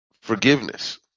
forgiveness